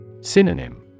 Synonym